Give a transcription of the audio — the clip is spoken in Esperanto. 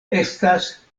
estas